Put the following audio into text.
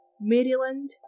Maryland